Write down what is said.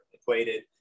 equated